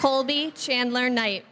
colby chandler knight